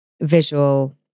visual